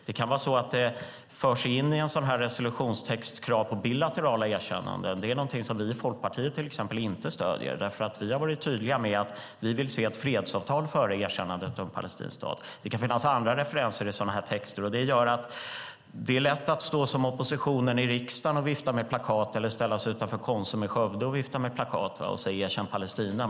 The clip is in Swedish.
Det kan vara så att det i en resolutionstext förs in krav på bilaterala erkännanden. Det är något som vi i Folkpartiet inte stöder. Vi har varit tydliga med att vi vill se ett fredsavtal före erkännandet om en palestinsk stat. Det kan finnas andra referenser i sådana texter. Det är lätt att som opposition i riksdagen vifta med plakat eller ställa sig utanför Konsum i Skövde och vifta med plakat och säga "Erkänn Palestina!